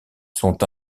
sont